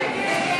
61,